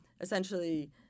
essentially